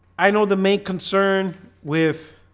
i know the main concern with